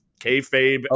kayfabe